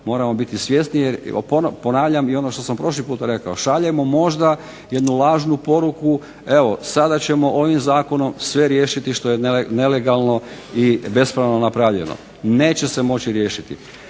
moramo biti svjesni, jer ponavljam i ono što sam prošli put rekao, šaljemo možda jednu lažnu poruku. Evo, sada ćemo ovim zakonom sve riješiti sve što je nelegalno i bespravno napravljeno, neće se moći riješiti.